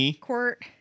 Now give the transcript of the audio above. Court